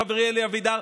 חברי אלי אבידר,